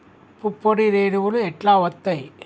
పుప్పొడి రేణువులు ఎట్లా వత్తయ్?